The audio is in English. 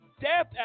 death